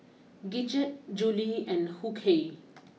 Gidget Julie and Hughey